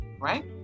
Right